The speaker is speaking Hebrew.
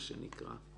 מה שנקרא.